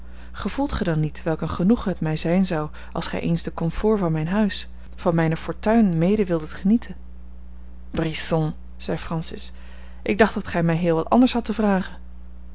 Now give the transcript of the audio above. gevoelt gij dan niet welk een genoegen het mij zijn zou als gij eens de comfort van mijn huis van mijne fortuin mede wildet genieten brisons zei francis ik dacht dat gij mij heel wat anders hadt te vragen